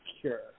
cure